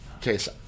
case